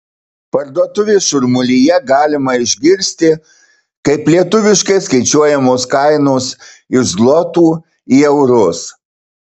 parduotuvės šurmulyje galima išgirsti kaip lietuviškai skaičiuojamos kainos iš zlotų į eurus